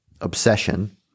obsession